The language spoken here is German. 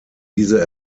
diese